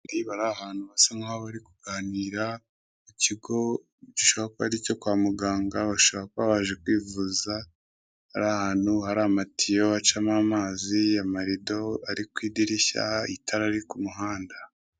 Abantu babiri bari ahantu bisa nkaho bari kuganira ikigo gishobora kuba ari icyo kwa muganga bashobora kuba baje kwivuza bari ahantu hari amatiyo acamo amazi, amarido ari ku idirishya, itara riri ku muhanda.